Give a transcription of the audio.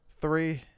Three